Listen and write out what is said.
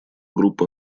группа